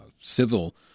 civil